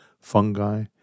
fungi